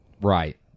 Right